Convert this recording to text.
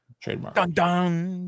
Trademark